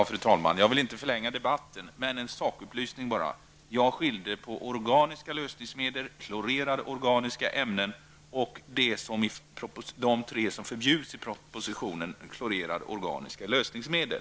Fru talman! Jag vill inte förlänga debatten, bara komma med en sakupplysning. Jag skiljde på organiska lösningsmedel, klorerade organiska ämnen och de tre som förbjuds i propositionen, klorerade organiska lösningsmedel.